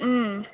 अँ